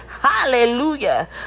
Hallelujah